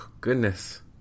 Goodness